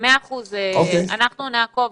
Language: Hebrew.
גולן, אנחנו נעקוב.